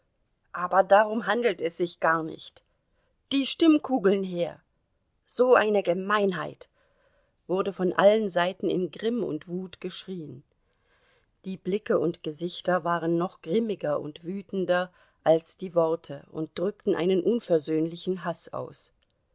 aber darum handelt es sich gar nicht die stimmkugeln her so eine gemeinheit wurde von allen seiten in grimm und wut geschrien die blicke und gesichter waren noch grimmiger und wütender als die worte und drückten einen unversöhnlichen haß aus